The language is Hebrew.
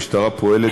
המשטרה פועלת,